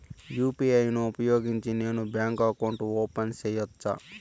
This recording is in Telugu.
యు.పి.ఐ ను ఉపయోగించి నేను బ్యాంకు అకౌంట్ ఓపెన్ సేయొచ్చా?